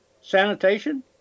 sanitation